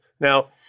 Now